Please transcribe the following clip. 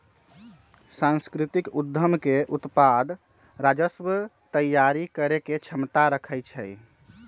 सांस्कृतिक उद्यम के उत्पाद राजस्व तइयारी करेके क्षमता रखइ छै